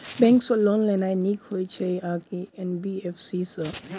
Bank सँ loan लेनाय नीक होइ छै आ की एन.बी.एफ.सी सँ?